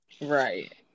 right